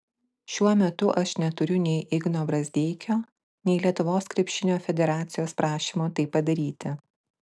šiuo metu aš neturiu nei igno brazdeikio nei lietuvos krepšinio federacijos prašymo tai padaryti